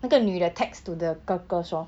那个女的 text to the 哥哥说